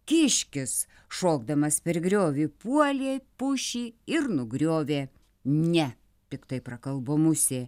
kiškis šokdamas per griovį puolė pušį ir nugriovė ne piktai prakalbo musė